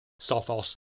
Sophos